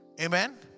Amen